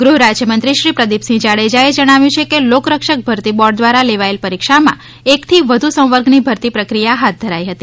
ગૃહ રાજ્ય મંત્રી શ્રી પ્રદિપસિંહ જાડેજાએ જણાવ્યું કે લોકરક્ષક ભરતી બોર્ડ દ્વારા લેવાયેલ પરીક્ષામાં એક થી વધુ સંવર્ગની ભરતી પ્રક્રિયા હાથ ધરાઇ હતી